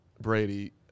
Brady